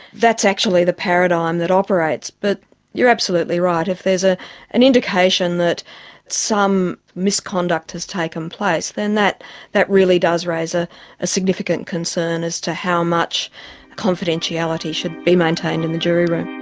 that's actually the paradigm that operates. but you're absolutely right, if there is ah an indication that some misconduct has taken place, then that that really does raise a ah significant concern as to how much confidentiality should be maintained in the jury room.